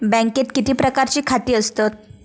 बँकेत किती प्रकारची खाती असतत?